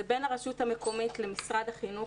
זה בין הרשות המקומית לבין משרד החינוך.